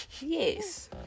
yes